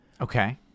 okay